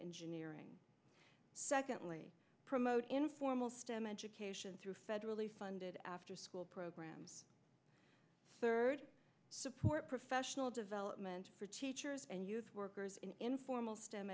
engineering secondly promote informal stem education through federally funded afterschool program third support professional development for teachers and youth workers in informal stem